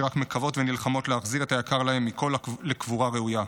שרק מקוות ונלחמות להחזיר את היקר להם מכול לקבורה ראויה.